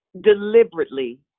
deliberately